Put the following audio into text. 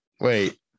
Wait